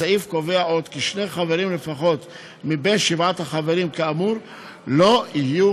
הסעיף קובע עוד כי שני חברים לפחות מבין שבעת החברים כאמור לא יהיו